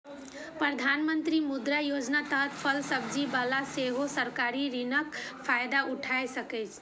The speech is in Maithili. प्रधानमंत्री मुद्रा योजनाक तहत फल सब्जी बला सेहो सरकारी ऋणक फायदा उठा सकैए